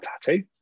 tattoo